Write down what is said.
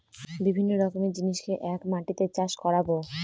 বিভিন্ন রকমের জিনিসকে এক মাটিতে চাষ করাবো